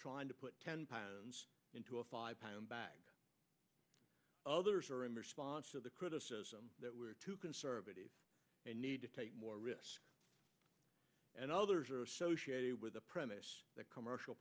trying to put into a five pound bag others are in response to the criticism that we are too conservative and need to take more risk and others are associated with the premise that commercial